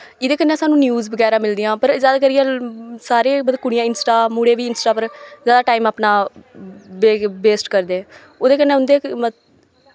एह्दे कन्नै स्हानू न्यूज़ बगैरा मिलदियां पर जादा करियै लारे मतलव कुड़ियां इंस्टा मुड़े बी इंस्टा पर जादा टाईम अपनी बेस्ट करदे ओह्दे कन्नै उंदे